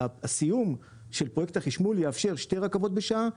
הסיום של פרויקט החשמול יאפשר שתי רכבות בשעה,